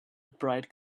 bright